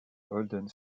holden